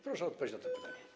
Proszę o odpowiedź na to pytanie.